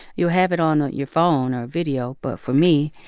you have it on your phone or video. but, for me,